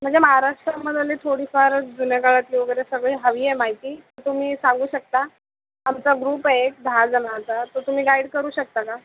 म्हणजे महाराष्ट्रामधले थोडीफार जुन्या काळातली वगैरे सगळी हवी आहे माहिती तुम्ही सांगू शकता आमचा ग्रुप एक दहा जणांचा तर तुम्ही गाईड करू शकता का